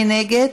מי נגד?